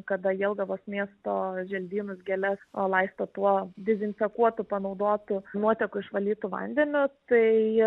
kada jelgavos miesto želdynus gėles laisto tuo dezinfekuotu panaudotu nuotekų išvalytu vandeniu tai